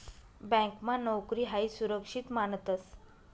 ब्यांकमा नोकरी हायी सुरक्षित मानतंस